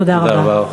תודה רבה.